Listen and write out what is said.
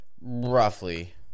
Roughly